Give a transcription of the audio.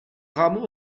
rameaux